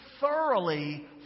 thoroughly